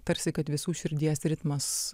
tarsi kad visų širdies ritmas